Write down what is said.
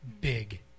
big